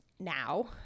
Now